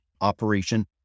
operation